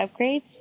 upgrades